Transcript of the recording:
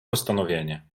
postanowienie